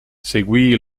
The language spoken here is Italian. seguì